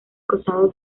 costado